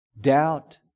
doubt